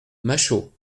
machault